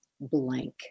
blank